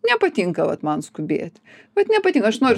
nepatinka vat man skubėt vat nepatinka aš noriu